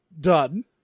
done